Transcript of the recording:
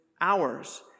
hours